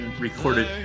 recorded